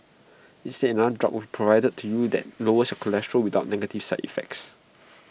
instead another drug would be provided to you that lowers your cholesterol without negative side effects